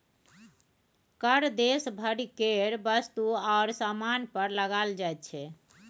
कर देश भरि केर वस्तु आओर सामान पर लगाओल जाइत छै